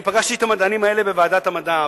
פגשתי את המדענים האלה בוועדת המדע,